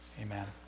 amen